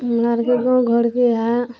हमरा आरके गाँव घरके इहए